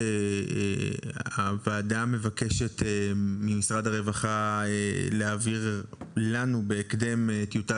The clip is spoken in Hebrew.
הוועדה מבקשת ממשרד הרווחה להעביר לנו בהקדם טיוטה